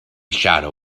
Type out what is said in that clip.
shadow